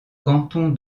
canton